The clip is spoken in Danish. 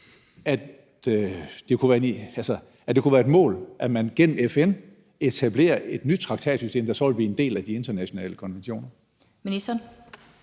at det kunne være et mål, at man gennem FN etablerede et nyt traktatsystem, der så ville blive en del af de internationale konventioner.